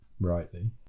rightly